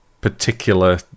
particular